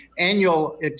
annual